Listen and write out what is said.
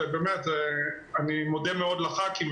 ואני מודה מאוד לח"כים,